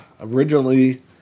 Originally